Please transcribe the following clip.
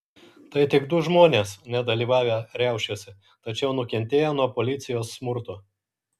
tai tik du žmonės nedalyvavę riaušėse tačiau nukentėję nuo policijos smurto